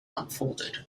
unfolded